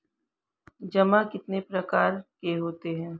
जमा कितने प्रकार के होते हैं?